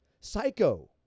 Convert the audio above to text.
Psycho